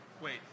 wait